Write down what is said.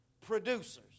producers